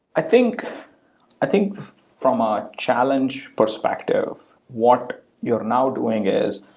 i think i think from a challenged perspective, what you're now doing is,